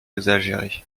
exagérée